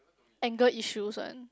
anger issues one